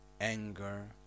anger